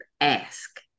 ask